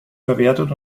verwertet